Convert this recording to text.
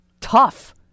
tough